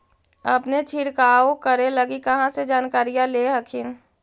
अपने छीरकाऔ करे लगी कहा से जानकारीया ले हखिन?